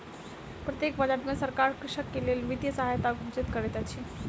प्रत्येक बजट में सरकार कृषक के लेल वित्तीय सहायता घोषित करैत अछि